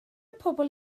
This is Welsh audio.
pobl